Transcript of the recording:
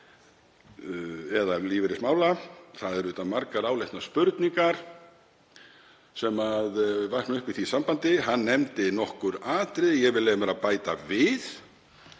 eða lífeyrismála. Það eru margar áleitnar spurningar sem vakna upp í því sambandi. Hann nefndi nokkur atriði. Ég vil leyfa mér að bæta við